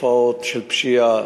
תופעות של פשיעה,